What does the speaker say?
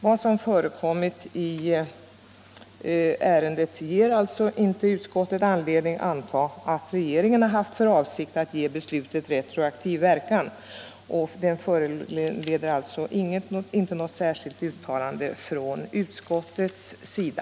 Vad som förekommit i ärendet ger alltså inte utskottet anledning anta att regeringen haft för avsikt att ge beslutet retroaktiv verkan. Det föranleder alltså inte något särskilt uttalande från utskottets sida.